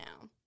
now